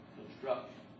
construction